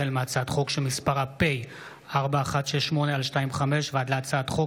החל בהצעת חוק פ/4168/25 וכלה בהצעת חוק